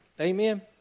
Amen